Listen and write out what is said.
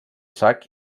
sac